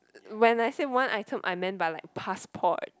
when I say one item I mean by like passport